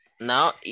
now